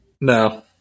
No